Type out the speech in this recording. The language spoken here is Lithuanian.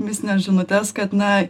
mistines žinutes kad na